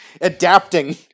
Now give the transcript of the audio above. adapting